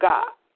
God